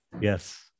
Yes